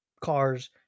cars